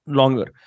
longer